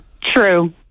True